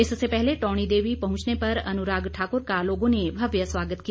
इससे पहले टौणी देवी पहुंचने पर अनुराग ठाकुर का लोगों ने भव्य स्वागत किया